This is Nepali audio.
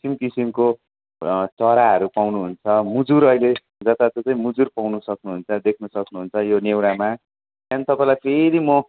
किसिम किसिमको चराहरू पाउनुहुन्छ मुजुर अहिले जताततै मुजुर पाउन सक्नुहुन्छ देख्न सक्नुहुन्छ यो नेउरामा त्यहाँदेखिन् तपाईँलाई फेरि म